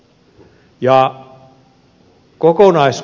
se on hyvä tavoite